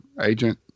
agent